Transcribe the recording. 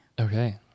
Okay